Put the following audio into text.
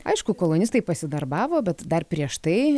aišku kolonistai pasidarbavo bet dar prieš tai